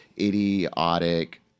idiotic